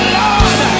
lord